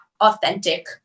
authentic